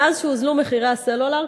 מאז שהוזלו מחירי הסלולר,